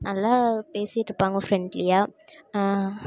நல்லா பேசிகிட்டு இருப்பாங்க ஃப்ரெண்ட்லியாக